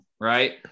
Right